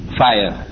fire